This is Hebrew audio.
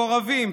מקורבים,